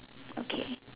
okay